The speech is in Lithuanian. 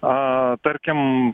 a tarkim